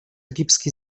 egipski